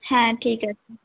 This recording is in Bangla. হ্যাঁ ঠিক আছে